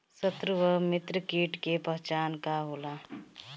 सत्रु व मित्र कीट के पहचान का होला?